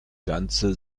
ganze